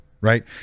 right